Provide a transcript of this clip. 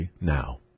now